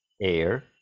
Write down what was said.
air